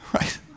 right